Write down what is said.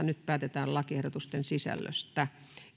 nyt päätetään lakiehdotusten sisällöstä